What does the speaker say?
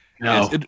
No